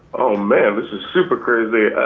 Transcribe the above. oh man, this is super crazy.